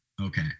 Okay